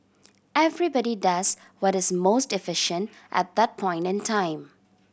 everybody does what is most efficient at that point in time